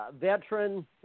veteran